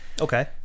Okay